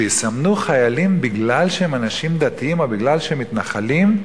שיסמנו חיילים מפני שהם אנשים דתיים או מפני שהם מתנחלים?